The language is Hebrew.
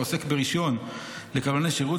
העוסק ברישיון לקבלני שירות,